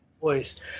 voice